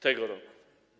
Tego roku.